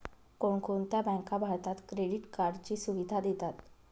कोणकोणत्या बँका भारतात क्रेडिट कार्डची सुविधा देतात?